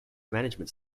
management